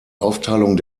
aufteilung